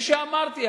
כפי שאמרתי,